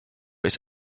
its